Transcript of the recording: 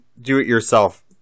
do-it-yourself